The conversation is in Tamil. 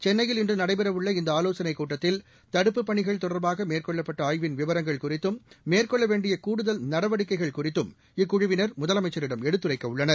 சென்னையில் இன்றுநடைபெறஉள்ள இந்தஆலோசனைக் கூட்டத்தில் தடுப்புப் பணிகள் தொடர்பாகமேற்கொள்ளப்பட்டஆய்வின் விவரங்கள் குறித்தம் மேற்கொள்ளவேண்டியகூடுதல் நடவடிக்கைகள் குறித்தும் இக்குழுவினர் முதலமைச்சரிடம் எடுத்துரைக்கஉள்ளனர்